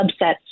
subsets